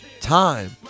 time